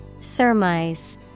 surmise